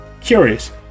Curious